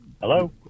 Hello